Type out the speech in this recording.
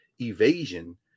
evasion